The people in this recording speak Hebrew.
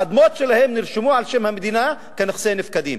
האדמות שלהם נרשמו על שם המדינה כנכסי נפקדים.